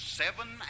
seven